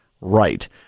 Right